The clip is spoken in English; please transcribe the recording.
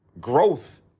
Growth